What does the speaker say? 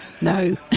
No